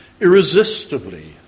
irresistibly